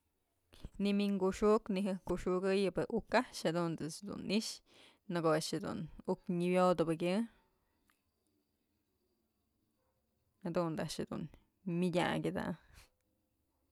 Ni'i minkuxuk ni'i jajkoxukëyëp uk a'ax jadun a'ax dun i'ixë në ko'o a'ax jedun uk nyëwodubëkyë jadun da a'ax jedun myëdyakë ada'a.